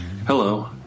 Hello